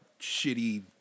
shitty